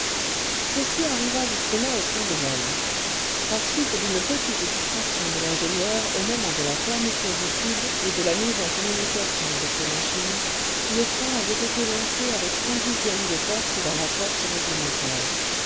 ceci arriva justement au train d'hélène par suite d'une petite distraction de l'ingénieur au moment de la fermeture du tube et de la mise en communication avec les machines le train avait été lancé avec un dixième de perte dans la force réglementaire